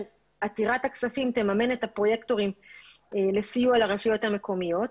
עתירת הכספים תממן את הפרויקטורים לסיוע לרשויות המקומיות.